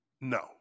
No